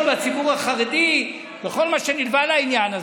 לציבור החרדי וכל מה שנלווה לעניין הזה,